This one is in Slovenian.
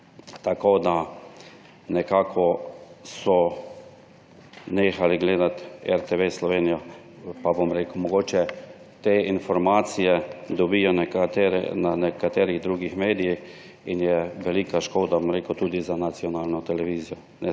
tako da so nekako nehali gledali RTV Slovenija pa, bom rekel, mogoče te informacije dobijo na nekaterih drugih medijih in je velika škoda tudi za nacionalno televizijo